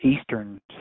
eastern